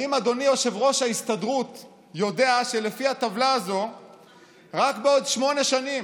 האם אדוני יושב-ראש ההסתדרות יודע שלפי הטבלה הזאת רק בעוד שמונה שנים,